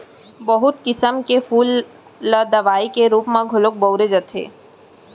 बहुत किसम के फूल ल दवई के रूप म घलौ बउरे जाथे